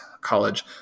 college